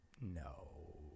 No